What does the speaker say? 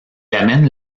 emmène